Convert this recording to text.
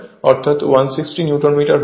অর্থাৎ 160 newton metre হবে